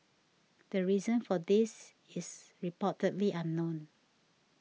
the reason for this is reportedly unknown